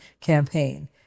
campaign